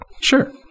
Sure